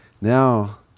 now